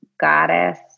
goddess